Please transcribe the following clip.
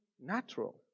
natural